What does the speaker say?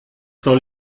soll